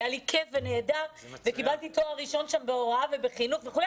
היה לי כיף ונהדר וקיבלתי שם תואר ראשון בהוראה ובחינוך וכו',